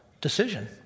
decision